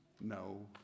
no